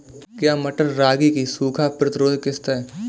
क्या मटर रागी की सूखा प्रतिरोध किश्त है?